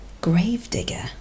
gravedigger